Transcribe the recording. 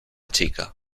chica